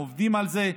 עובדים על זה,